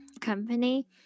company